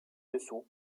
dessous